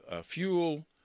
fuel